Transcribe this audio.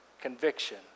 conviction